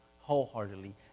wholeheartedly